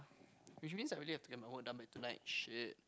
which means I really have to get my work done by tonight shit